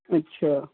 اچھا